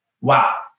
wow